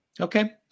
Okay